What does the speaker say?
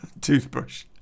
toothbrush